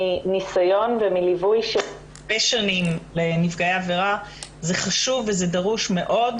מניסיון ומליווי של הרבה שנים של נפגעי עבירה זה חשוב וזה דרוש מאוד.